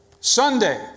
Sunday